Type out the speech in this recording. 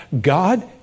God